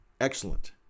Excellent